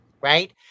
right